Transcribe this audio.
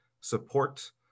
support